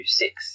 six